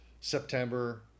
September